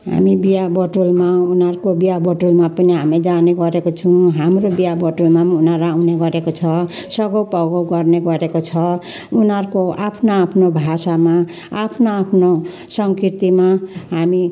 हामी बिहाबटुलमा उनीहरूको बिहाबटुलमा पनि हामी जाने गरेको छौँ हाम्रो बिहाबटुलमा पनि उनीहरू आउने गरेको छ सघाउपघाउ गर्ने गरेको छ उनीहरूको आफ्नो आफ्नो भाषामा आफ्नो आफ्नो संस्कृतिमा हामी